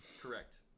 Correct